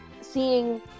seeing